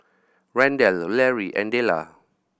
Randell Larry and Della